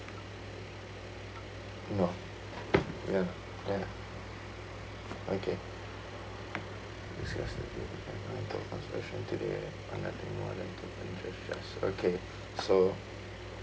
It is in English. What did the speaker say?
ya ya okay okay so